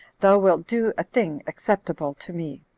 thou wilt do a thing acceptable to me.